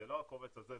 זה לא הקובץ הזה,